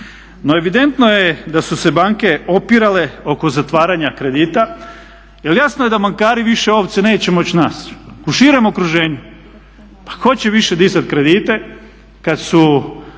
No evidentno je da su se banke opirale oko zatvaranja kredita jer jasno je da bankari više ovce neće moći naći u širem okruženju. Pa tko će više dizat kredite kad su